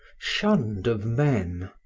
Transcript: shunned of men.